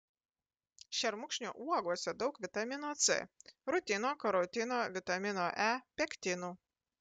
šermukšnio uogose daug vitamino c rutino karotino vitamino e pektinų